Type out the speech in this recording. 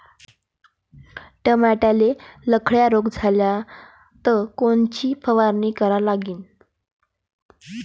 टमाट्याले लखड्या रोग झाला तर कोनची फवारणी करा लागीन?